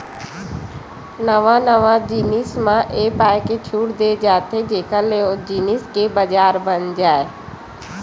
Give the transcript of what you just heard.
नवा नवा जिनिस म ए पाय के छूट देय जाथे जेखर ले ओ जिनिस के बजार बन जाय